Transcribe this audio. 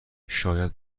شاید